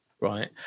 right